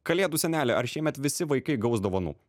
kalėdų seneli ar šiemet visi vaikai gaus dovanų